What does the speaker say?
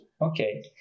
Okay